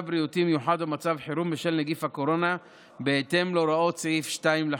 בריאותי מיוחד ומצב חירום בשל נגיף הקורונה בהתאם להוראות סעיף 2 לחוק.